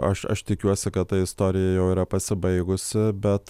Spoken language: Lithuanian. aš aš tikiuosi kad ta istorija jau yra pasibaigusi bet